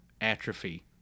atrophy